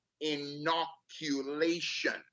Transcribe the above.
inoculation